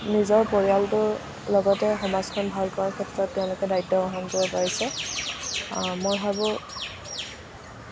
নিজৰ পৰিয়ালটোৰ লগতে সমাজখন ভাল কৰাৰ ক্ষেত্ৰত তেওঁলোকে দায়িত্ত গ্ৰহণ কৰিব পাৰিছে মই ভাবোঁ